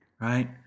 right